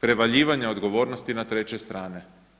prevaljivanja odgovornosti na treće strane.